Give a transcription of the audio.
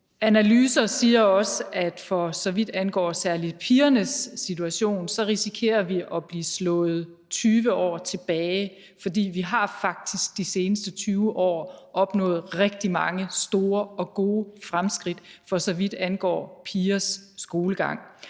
Analyser siger også, at for så vidt angår særlig pigernes situation, risikerer vi at blive slået 20 år tilbage, for vi har faktisk de seneste 20 år opnået rigtig mange store og gode fremskridt, for så vidt angår pigers skolegang.